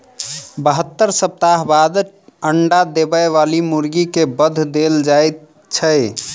बहत्तर सप्ताह बाद अंडा देबय बाली मुर्गी के वध देल जाइत छै